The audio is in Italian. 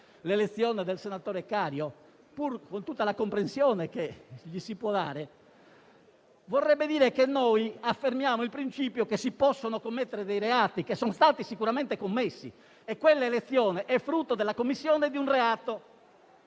l'elezione del senatore Cario, pur con tutta la comprensione che gli si può dare, vorrebbe dire affermare il principio che si possono commettere dei reati, che sono stati sicuramente commessi. Quell'elezione è frutto della commissione di un reato